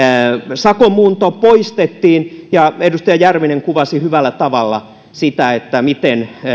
sakon muunto poistettiin ja edustaja järvinen kuvasi hyvällä tavalla sitä miten